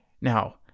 Now